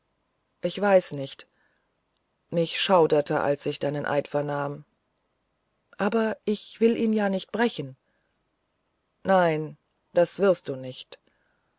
ich weiß nicht mich schauderte als ich deinen eid vernahm aber ich will ihn ja nicht brechen nein das wirst du nicht